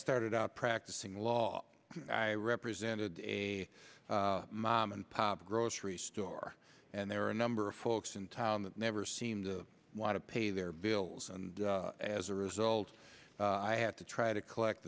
started out practicing law i represented a mom and pop grocery store and there are a number of folks in town that never seem to want to pay their bills and as a result i have to try to collect